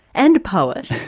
and poet,